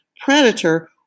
predator